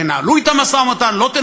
תנהלו אתם משא-ומתן,